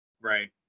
Right